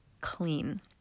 clean